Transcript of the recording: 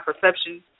perception